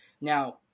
Now